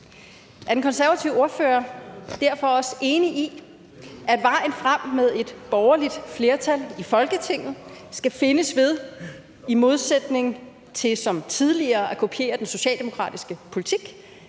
Er den konservative ordfører derfor også enig i, at vejen frem mod et borgerligt flertal i Folketinget skal findes ved – i modsætning til som tidligere at kopiere den socialdemokratiske politik